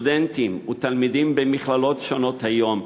סטודנטים ותלמידים במכללות שונות היום,